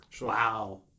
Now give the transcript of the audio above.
Wow